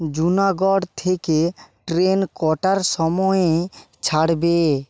জুনাগড় থেকে ট্রেন কটার সময়ে ছাড়বে